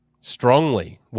Strongly